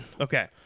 Okay